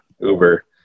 Uber